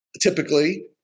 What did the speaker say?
typically